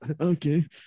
Okay